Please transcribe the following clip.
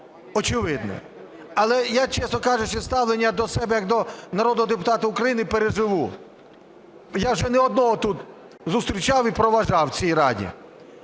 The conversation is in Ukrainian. очевидне. Але я, чесно кажучи, ставлення до себе як до народного депутата України переживу. Я вже ні одного тут зустрічав і проводжав, в цій Раді.